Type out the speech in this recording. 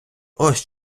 ось